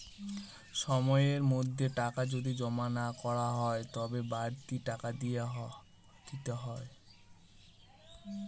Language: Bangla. সময়ের মধ্যে টাকা যদি জমা না করা হয় তবে বাড়তি টাকা দিতে হয়